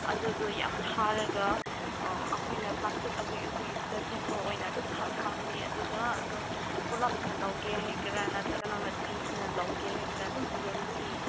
ꯑꯗꯨꯗꯨ ꯌꯥꯝ ꯊꯥꯔꯒ ꯑꯩꯈꯣꯏꯅ ꯄ꯭ꯂꯥꯁꯇꯤꯛ ꯑꯄꯤꯛ ꯑꯄꯤꯛꯄꯗ ꯁꯦꯝꯕ ꯑꯣꯏꯅ ꯑꯗꯨꯝ ꯊꯝꯍꯟꯕꯅꯤ ꯑꯗꯨꯒ ꯑꯗꯣ ꯄꯨꯂꯞꯅ ꯂꯧꯒꯦ ꯍꯥꯏꯒꯦꯔꯥ ꯅꯠꯇ꯭ꯔꯒ ꯅꯪꯅ ꯄꯤꯁꯅ ꯂꯧꯒꯦ ꯍꯥꯏꯒꯦꯔꯥ ꯑꯗꯨꯃꯥꯏꯅ ꯌꯣꯟꯕꯅꯦ